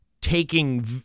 taking